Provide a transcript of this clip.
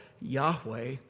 Yahweh